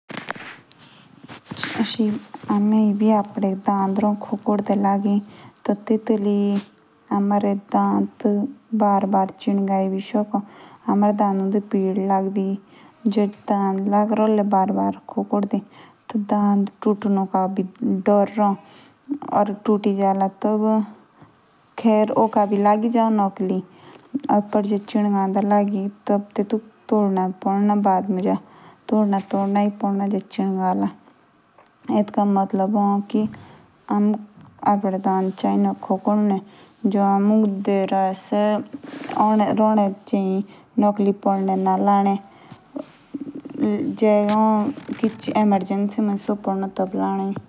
जस हमें आपदे दांत तो खोखदे दे लगी। ते तेतुली हमारे दन्त चिड़गई बी शक पाओ। या तेतुली पीड बी लगदे। जे लगे तो ले खोकड़े टेटुक।